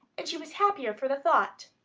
and she was happier for the thought.